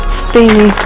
steamy